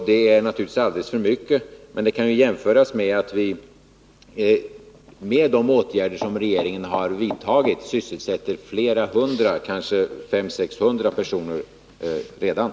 Det är naturligtvis alldeles för mycket, men det kan ju jämföras med att vi med de åtgärder som regeringen har vidtagit redan sysselsätter flera hundra personer, kanske 500 å 600.